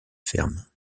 ferme